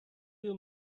you